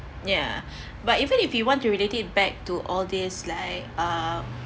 yeah but even if you want to relate it back to all these like uh